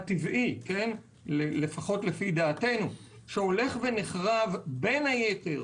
הטבעי לפחות לפי דעתנו שהולך ונחרב בין היתר